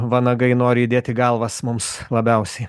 vanagai nori įdėti galvas mums labiausiai